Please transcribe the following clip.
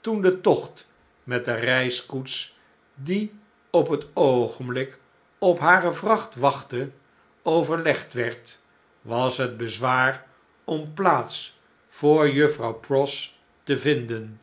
toen de tocht met de reiskoets die op het oogenblik op hare vracht wachtte overlegd werd was het bezwaar om plaats voor juffrouw pross te vinden